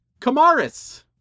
Kamaris